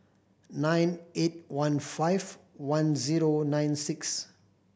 nine eight one five one zero nine six